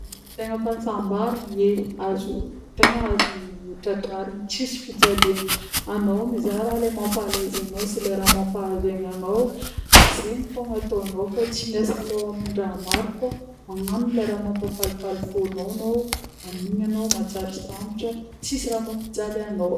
Ny tegna fahasambaragna yeuh azo tegna azo tratrarina tsisy fijaliagna. Anô mizaha raha le mampaha à l'aise anô sy le raha mampahazo egnanô zegny fogna atônô fô tsy miasa loha amin'ny raha maro fô magnano le raha mampahafalifaly fônô anô amin'igny anô mahatsiaro sambatra tsisy raha mampijaly anô.